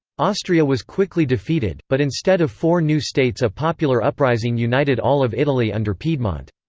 austria was quickly defeated, but instead of four new states a popular uprising united all of italy under piedmont.